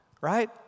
right